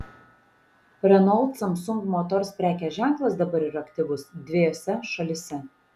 renault samsung motors prekės ženklas dabar yra aktyvus dvejose šalyse